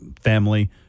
family